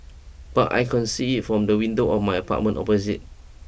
but I can see it from the window of my apartment opposite